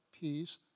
peace